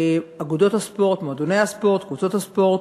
אגודות הספורט, מועדוני הספורט, קבוצות הספורט,